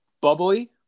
Bubbly